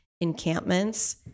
encampments